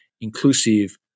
inclusive